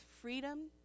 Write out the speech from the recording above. freedom